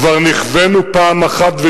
כבר נכווינו פעם אחת,